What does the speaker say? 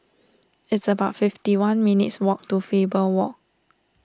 it's about fifty one minutes walk to Faber Walk